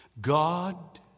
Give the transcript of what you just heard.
God